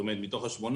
זאת אומרת, מתוך השמונה,